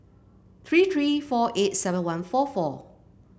three three four eight seven one four four